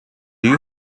you